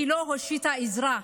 שהיא לא הושיטה עזרה,